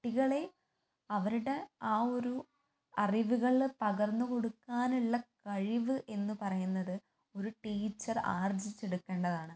കുട്ടികളെ അവരുടെ ആ ഒരു അറിവുകൾ പകർന്ന് കൊടുക്കാനുള്ള കഴിവ് എന്ന് പറയുന്നത് ഒരു ടീച്ചർ ആർജ്ജിച്ചെടുക്കേണ്ടതാണ്